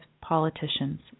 politicians